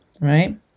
right